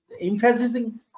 emphasizing